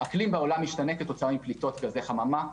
האקלים בעולם משתנה כתוצאה מפליטות גזי חממה.